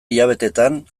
hilabeteetan